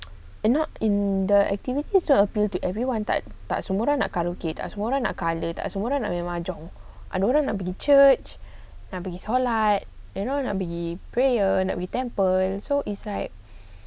and not in the activities to appeal to everyone tak tak semua orang nak karaoke tak semua orang nak colour tak semua orang nak main mahjong ada orang nak pergi church nak pergi solat you know nak pergi prayer nak pergi temple so it's like